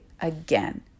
again